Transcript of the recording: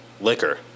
liquor